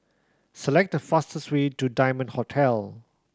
select the fastest way to Diamond Hotel